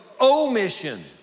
omission